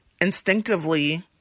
instinctively